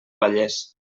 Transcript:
vallès